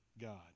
God